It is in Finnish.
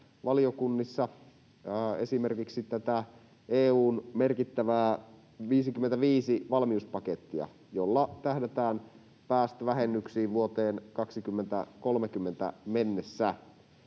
valiokunnissa esimerkiksi tätä EU:n merkittävää 55-valmiuspakettia, jolla tähdätään päästövähennyksiin vuoteen 2030 mennessä.